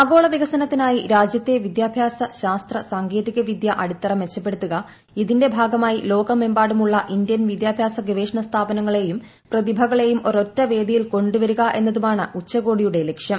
ആഗോള വികസനത്തിനായി രാജ്യത്തെ വിദ്യാഭ്യാസ ശാസ്ത്ര സാങ്കേതിക വിദ്യ അടിത്തറ മെച്ചപ്പെടുത്തുക ഇതിന്റെ ഭാഗമായി ലോകമെമ്പാടുമുള്ള ഇന്ത്യൻ വിദ്യാഭ്യാസ ഗവേഷണ സ്ഥാപനങ്ങളേയും പ്രതിഭകളേയും ഒരൊറ്റ വേദികളിൽ കൊണ്ടു വരിക എന്നതാണ് ഉച്ചകോടിയുടെ ലക്ഷ്യം